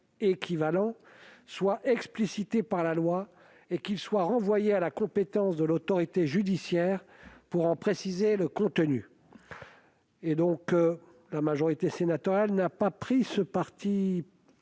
contenu. La majorité sénatoriale n'a pas pris ce parti